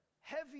heavy